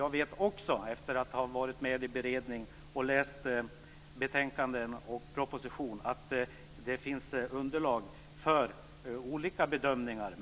Efter att ha varit med under beredningen och läst betänkanden och proposition vet jag också att det finns underlag för olika bedömningar.